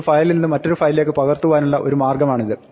ഒരു ഫയലിൽ നിന്ന് മറ്റൊരു ഫയലിലേക്ക് പകർത്തുവാനുള്ള ഒരു മാർഗ്ഗമാണിത്